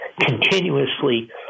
continuously